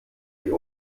die